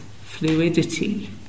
fluidity